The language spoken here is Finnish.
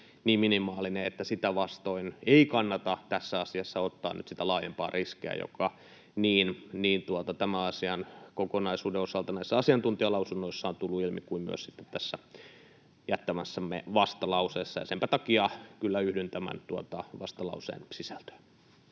niin minimaalinen, että sitä vastoin ei kannata tässä asiassa ottaa nyt sitä laajempaa riskiä, joka tämän asiakokonaisuuden osalta on tullut ilmi niin näissä asiantuntijalausunnoissa kuin myös sitten tässä jättämässämme vastalauseessa. Senpä takia kyllä yhdyn tämän vastalauseen sisältöön.